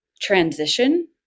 transition